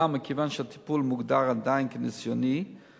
אולם מכיוון שהטיפול מוגדר עדיין כניסיוני,